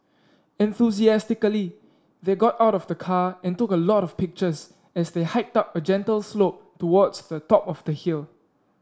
enthusiastically they got out of the car and took a lot of pictures as they hiked up a gentle slope towards the top of the hill